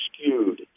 skewed